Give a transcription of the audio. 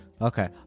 Okay